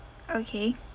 okay